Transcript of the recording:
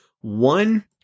One